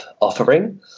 offering